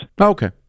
Okay